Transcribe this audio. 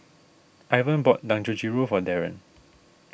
Ivan bought Dangojiru for Darron